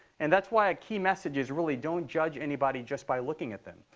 and that's why a key message is really don't judge anybody just by looking at them.